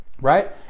right